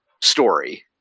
story